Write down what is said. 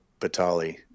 Batali